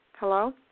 Hello